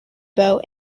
boat